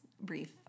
brief